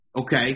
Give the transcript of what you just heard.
okay